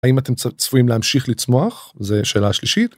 אם אתם צפויים להמשיך לצמוח זה שאלה שלישית.